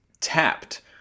tapped